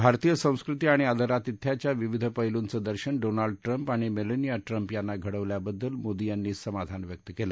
भारतीय संस्कृती आणि आदरातिथ्याच्या विविध पैलूंचं दर्शन डोनाल्ड ट्रंप आणि मेलॅनिया ट्रंप यांना घडल्याबद्दल मोदी यांनी समाधान व्यक्त केलं